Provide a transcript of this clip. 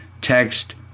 text